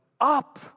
Up